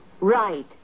Right